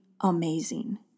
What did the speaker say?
amazing